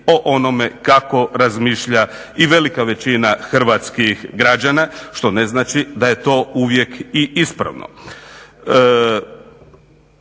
o onome kako razmišlja i velika većina hrvatskih građana što ne znači da je to uvijek i ispravno.